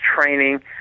training